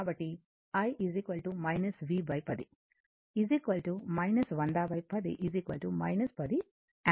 కాబట్టి i v 10 10010 10 ampere